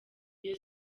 iyo